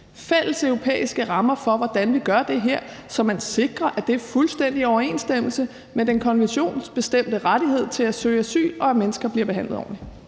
fælleseuropæiske rammer for, hvordan vi gør det her, så man sikrer, at det er fuldstændig i overensstemmelse med den konventionsbestemte rettighed til at søge asyl, og at mennesker bliver behandlet ordentligt.